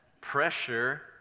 pressure